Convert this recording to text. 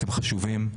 אתם חשובים,